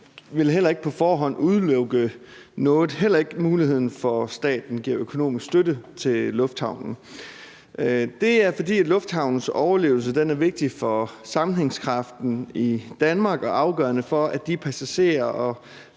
vil heller ikke på forhånd udelukke noget, heller ikke muligheden for, at staten giver økonomisk støtte til lufthavnen. Det er, fordi lufthavnens overlevelse er vigtig for sammenhængskraften i Danmark og afgørende for de passagerer og